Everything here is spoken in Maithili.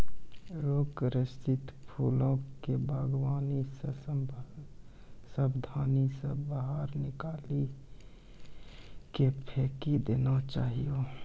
रोग ग्रसित फूलो के वागवानी से साबधानी से बाहर निकाली के फेकी देना चाहियो